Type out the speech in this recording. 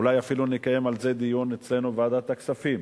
אולי אפילו נקיים על זה דיון אצלנו בוועדת הכספים,